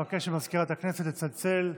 אבקש ממזכירת הכנסת לצלצל.